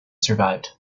survived